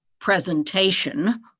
presentation